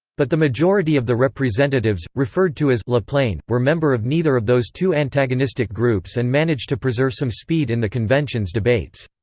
but the majority of the representatives, referred to as la plaine, were member of neither of those two antagonistic groups and managed to preserve some speed in the convention's debates.